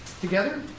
Together